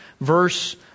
verse